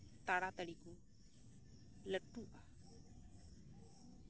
ᱛᱟᱲᱟᱛᱟᱹᱲᱤ ᱠᱚ ᱞᱟᱹᱴᱩᱜᱼᱟ